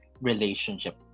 relationship